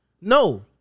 No